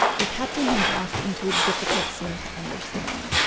the captain had walked into a difficult scene to understand.